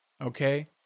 Okay